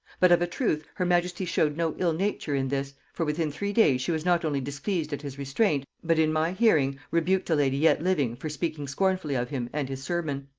but of a truth her majesty showed no ill nature in this, for within three days she was not only displeased at his restraint, but in my hearing rebuked a lady yet living for speaking scornfully of him and his sermon.